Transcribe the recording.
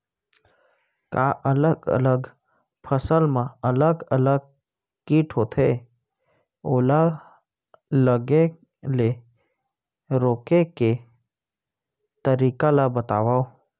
का अलग अलग फसल मा अलग अलग किट होथे, ओला लगे ले रोके के तरीका ला बतावव?